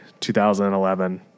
2011